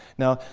now,